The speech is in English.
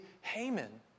Haman